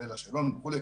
כולל השאלון וכו',